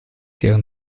deren